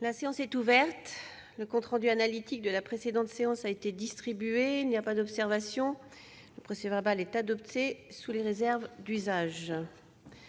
La séance est ouverte. Le compte rendu analytique de la précédente séance a été distribué. Il n'y a pas d'observation ?... Le procès-verbal est adopté sous les réserves d'usage.